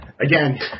Again